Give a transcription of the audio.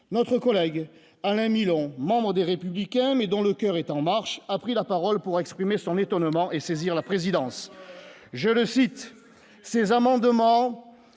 notre collègue Alain Milon, membre des Républicains mais dont le coeur est en marche, a pris la parole pour exprimer son étonnement et saisir la présidence, je le cite